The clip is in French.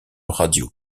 radio